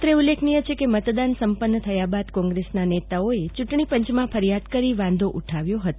અત્ર ઉલ્લેખનીય છેકે મતદાન સંપન્ન થયાબાદ કોંગ્રસના નેતાઓએ ચૂટણો પંચમાં ફરીયાદ કરી વાંધો ઉઠાવ્યા હતો